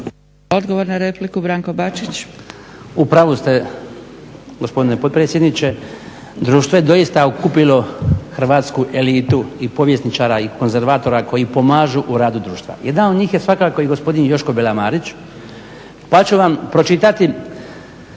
Odgovor na repliku Jasen Mesić.